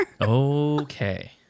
Okay